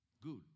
good